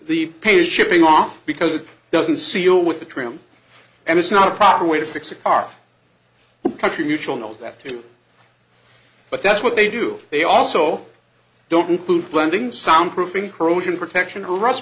the pay shipping off because it doesn't seal with the trim and it's not a proper way to fix a car country mutual knows that to but that's what they do they also don't include blending soundproofing corrosion protection